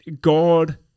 God